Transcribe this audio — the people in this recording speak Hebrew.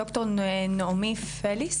דוקטור נעמי פליס